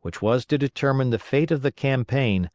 which was to determine the fate of the campaign,